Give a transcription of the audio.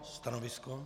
Stanovisko?